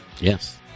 Yes